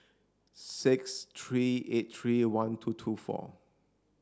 six three eight three one two two four